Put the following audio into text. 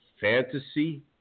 Fantasy